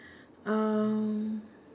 um